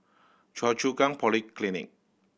Choa Chu Kang Polyclinic